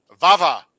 Vava